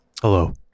Hello